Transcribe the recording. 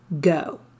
Go